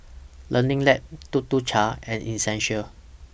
Learning Lab Tuk Tuk Cha and Essential